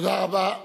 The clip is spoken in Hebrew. תודה רבה.